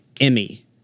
Emmy